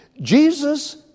Jesus